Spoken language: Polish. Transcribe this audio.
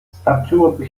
starczyłoby